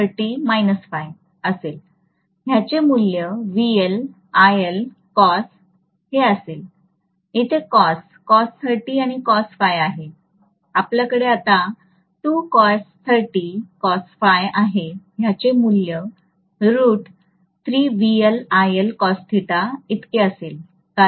ह्याचे मूल्य हे असेल इथे cos आणि आहे आपल्याकडे आता आहे ह्याचे मूल्यroot इतके असेल